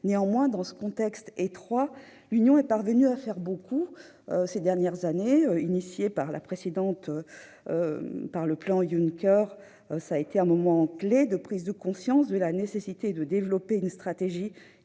Néanmoins, dans ce contexte étroit, l'Union est parvenue à faire beaucoup ces dernières années. Ainsi, le plan Juncker a été un moment clé pour la prise de conscience de la nécessité de développer une stratégie